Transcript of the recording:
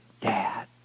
dad